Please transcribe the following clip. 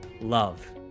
love